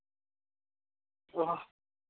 ᱚ